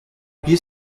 appuyé